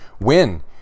win